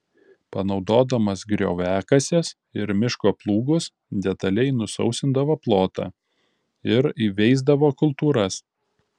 panaudodamas grioviakases ir miško plūgus detaliai nusausindavo plotą ir įveisdavo kultūras